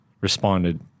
responded